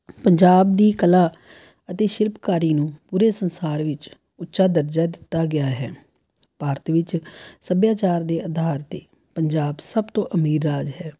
ਪੰਜਾਬ ਦੀ ਕਲਾ ਅਤੇ ਸ਼ਿਲਪਕਾਰੀ ਨੂੰ ਪੂਰੇ ਸੰਸਾਰ ਵਿੱਚ ਉੱਚਾ ਦਰਜਾ ਦਿੱਤਾ ਗਿਆ ਹੈ ਭਾਰਤ ਵਿੱਚ ਸੱਭਿਆਚਾਰ ਦੇ ਅਧਾਰ 'ਤੇ ਪੰਜਾਬ ਸਭ ਤੋਂ ਅਮੀਰ ਰਾਜ ਹੈ